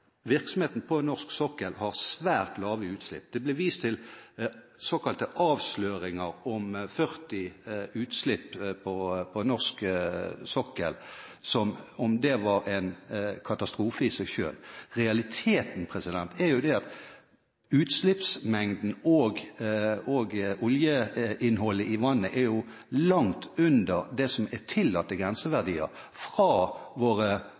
virksomheten på norsk sokkel har svært lave utslipp. Det blir vist til såkalte avsløringer om 40 utslipp på norsk sokkel som om det var en katastrofe i seg selv. Realiteten er jo at utslippsmengden og oljeinnholdet i vannet er langt under tillatte grenseverdier fra våre